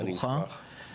אנחנו